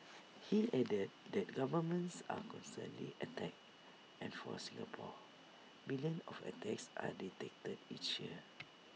he added that governments are constantly attacked and for Singapore billions of attacks are detected each year